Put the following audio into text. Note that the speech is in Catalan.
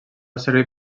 servir